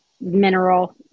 mineral